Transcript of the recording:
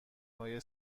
های